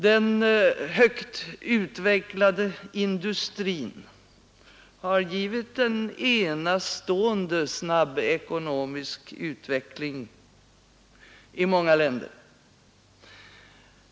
Den högt utvecklade industrin har givit en enastående snabb ekonomisk utveckling i många länder.